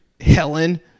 Helen